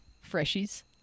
freshies